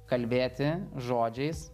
kalbėti žodžiais